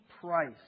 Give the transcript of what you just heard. price